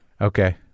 Okay